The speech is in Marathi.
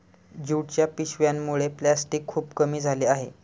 ज्यूटच्या पिशव्यांमुळे प्लॅस्टिक खूप कमी झाले आहे